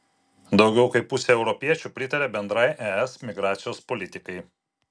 daugiau kaip pusė europiečių pritaria bendrai es migracijos politikai